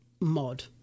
mod